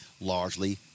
largely